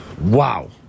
Wow